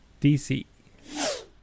DC